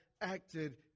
acted